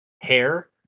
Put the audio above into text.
hair